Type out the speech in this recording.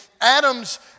adams